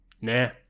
Nah